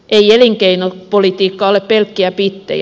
ei elinkeinopolitiikka ole pelkkiä bittejä